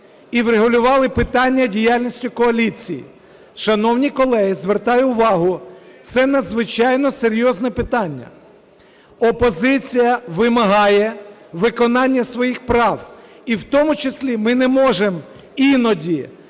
і врегулювали питання діяльності коаліції. Шановні колеги, звертаю увагу, це надзвичайно серйозне питання. Опозиція вимагає виконання своїх прав, і в тому числі, ми не можемо іноді